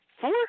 Four